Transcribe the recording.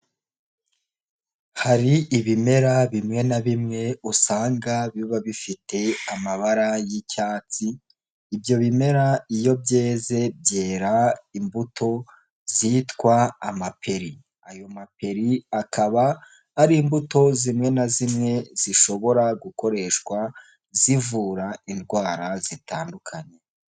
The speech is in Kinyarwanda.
Hari ibimera bimwe na bimwe usanga biba bifite amabara y'icyatsi, ibyo bimera iyo byeze byera imbuto zitwa amaperi. Ayo maperi akaba ari imbuto zimwe na zimwe zishobora gukoreshwa zivura indwara zitandukanye.